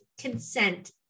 consent